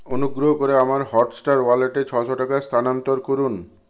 অনুগ্রহ করে আমার হটস্টার ওয়ালেটে ছশো টাকা স্থানান্তর করুন